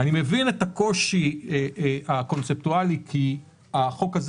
אני מבין את הקושי הקונצפטואלי כי החוק הזה